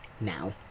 now